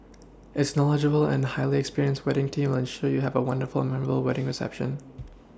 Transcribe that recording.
its knowledgeable and highly experienced wedding team ensure you have a wonderful and memorable wedding reception